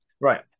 right